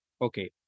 okay